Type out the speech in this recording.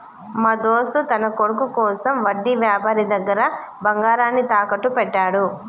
మా దోస్త్ తన కొడుకు కోసం వడ్డీ వ్యాపారి దగ్గర బంగారాన్ని తాకట్టు పెట్టాడు